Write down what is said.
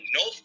no